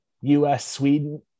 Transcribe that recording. US-Sweden